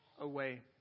away